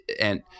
and-